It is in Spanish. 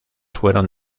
fueron